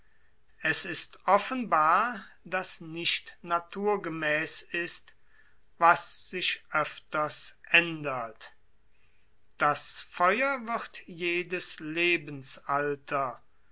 es ist offenbar daß nicht naturgemäß ist was sich öfters ändert das feuer wird jedes lebensalter